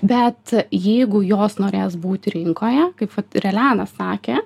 bet jeigu jos norės būti rinkoje kaip vat ir elena sakė